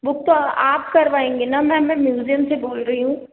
वो तो आप करवाएंगी ना मैम मैं म्यूजियम से बोल रही हूँ